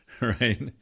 Right